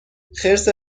خرس